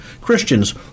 Christians